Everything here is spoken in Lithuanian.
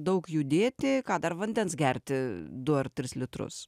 daug judėti ką dar vandens gerti du ar tris litrus